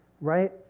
right